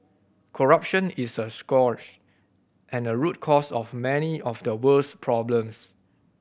corruption is a scourge and a root cause of many of the world's problems